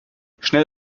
schnell